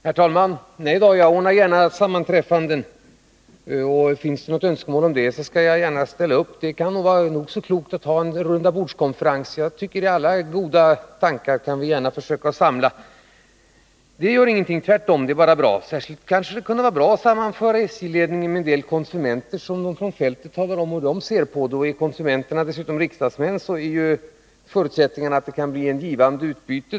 Herr talman! Jag ordnar gärna sammanträffanden. Finns det önskemål om ett sammanträffande, skall jag gärna ställa upp. Det kan vara nog så klokt att ha en rundabordskonferens där vi kan försöka samla alla goda tankar — det är bara bra. Det kanske också kunde vara bra att sammanföra SJ-ledningen med en del konsumenter som kan tala om hur man på fältet ser på situationen. Är konsumenterna dessutom riksdagsmän, är förutsättningarna stora att det kan bli ett givande utbyte.